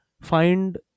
find